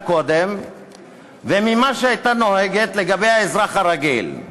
קודם וממה שהייתה נוהגת לגבי האזרח הרגיל.